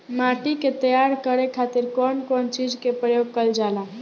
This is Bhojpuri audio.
माटी के तैयार करे खातिर कउन कउन चीज के प्रयोग कइल जाला?